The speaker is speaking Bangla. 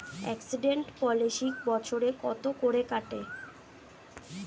এক্সিডেন্ট পলিসি বছরে কত করে কাটে?